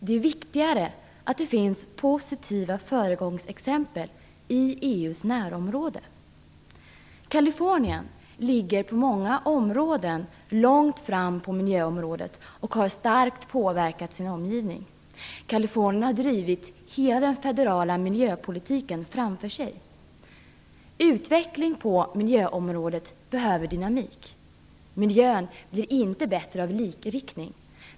Det är viktigare att det finns positiva föregångsexempel i EU:s närområde. Kalifornien ligger på många områden långt fram då det gäller miljön och har starkt påverkat sin omgivning. Kalifornien har drivit hela den federala miljöpolitiken framför sig. Utveckling på miljöområdet behöver dynamik. Miljön blir inte bättre av likriktning.